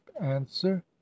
answer